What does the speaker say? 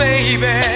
Baby